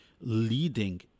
leading